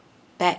back